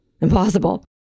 impossible